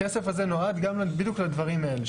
הכסף הזה נועד בדיוק לדברים האלה,